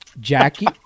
Jackie